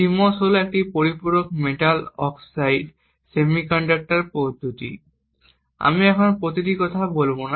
CMOS হল একটি পরিপূরক মেটাল অক্সাইড সেমিকন্ডাক্টর প্রযুক্তি এবং আমি প্রতিটি কথা বলব না